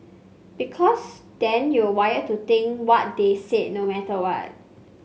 because then you're wired to think what they said no matter what